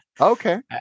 okay